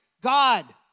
God